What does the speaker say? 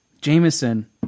Jameson